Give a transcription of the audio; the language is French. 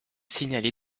signalée